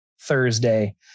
Thursday